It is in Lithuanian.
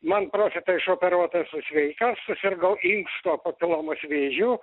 man prostata išoperuota esu sveikas susirgau inksto papilomos vėžiu